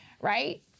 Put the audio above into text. right